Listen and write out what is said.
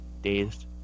dazed